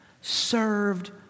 served